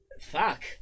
Fuck